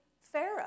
Pharaoh